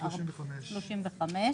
תשים ב-19:35.